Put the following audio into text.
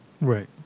Right